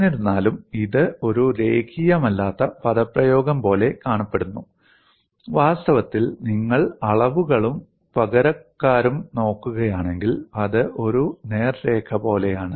എന്നിരുന്നാലും ഇത് ഒരു രേഖീയമല്ലാത്ത പദപ്രയോഗം പോലെ കാണപ്പെടുന്നു വാസ്തവത്തിൽ നിങ്ങൾ അളവുകളും പകരക്കാരും നോക്കുകയാണെങ്കിൽ അത് ഒരു നേർരേഖ പോലെയാണ്